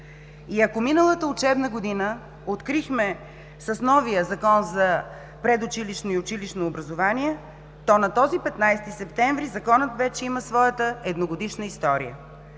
И ако миналата учебна година открихме с новия Закон за предучилищното и училищното образование, то на този 15 септември Законът вече има своята едногодишна история.